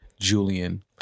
julian